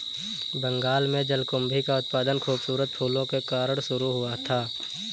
बंगाल में जलकुंभी का उत्पादन खूबसूरत फूलों के कारण शुरू हुआ था